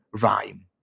rhyme